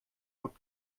und